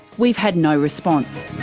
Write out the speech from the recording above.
we've had no response.